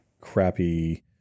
crappy